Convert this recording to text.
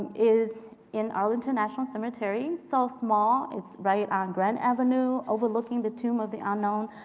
is in arlington national cemetery. so small. it's right on grant avenue, overlooking the tomb of the unknown,